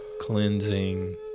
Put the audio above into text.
cleansing